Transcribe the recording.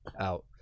out